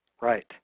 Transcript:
Right